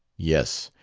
yes.